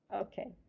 Okay